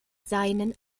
seinen